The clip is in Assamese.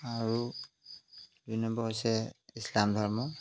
আৰু দুই নম্বৰ হৈছে ইছলাম ধৰ্ম